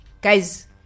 guys